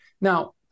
Now